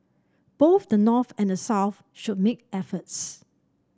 both the North and the South should make efforts